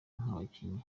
nk’abakinnyi